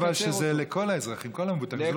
אתה אומר, אבל, שזה לכל האזרחים, לכל המבוטחים.